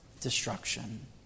destruction